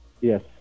Yes